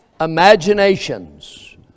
imaginations